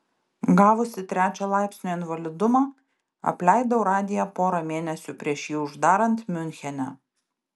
gavusi trečio laipsnio invalidumą apleidau radiją porą mėnesių prieš jį uždarant miunchene